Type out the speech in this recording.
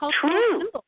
true